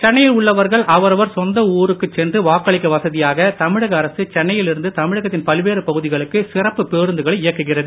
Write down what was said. சென்னையில் உள்ளவர்கள் அவரவர் சொந்த ஊருக்குச் சென்று வாக்களிக்க வசதியாக தமிழக அரசு சென்னையில் இருந்து தமிழகத்தின் பல்வேறு பகுதிகளுக்கு சிறப்பு பேருந்துகளை இயக்குகிறது